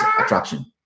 attraction